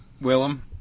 Willem